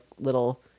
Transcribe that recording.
little